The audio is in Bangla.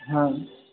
হ্যাঁ